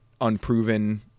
unproven